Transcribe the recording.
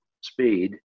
speed